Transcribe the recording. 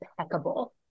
impeccable